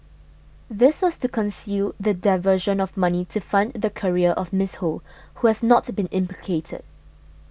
this was to conceal the diversion of money to fund the career of Miss Ho who has not been implicated